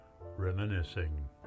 reminiscing